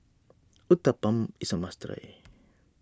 Uthapam is a must try